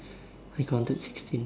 I counted sixteen